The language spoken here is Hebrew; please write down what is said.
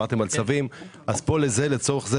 פה זה צו השעה,